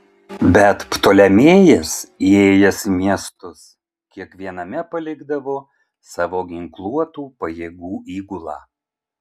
bet ptolemėjas įėjęs į miestus kiekviename palikdavo savo ginkluotų pajėgų įgulą